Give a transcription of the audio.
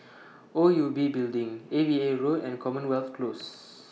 O U B Building A V A Road and Commonwealth Close